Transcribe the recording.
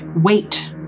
wait